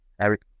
Eric